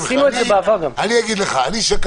גם אתה לא שם.